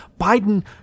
biden